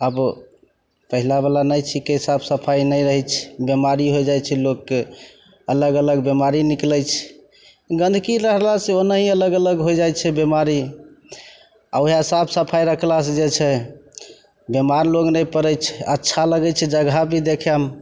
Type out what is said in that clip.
आब पहिलावला नहि छिकय साफ सफाइ नहि रहय छिकय बीमारी होइ जाइ छै लोकके अलग अलग बीमारी निकलय छै गन्धकी रहलासँ ओनाही अलग अलग होइ जाइ छै बीमारी आओर वएह साफ सफाइ रखलासँ जे छै बीमार लोग नहि पड़य छै अच्छा लगय छै जगह भी देखयमे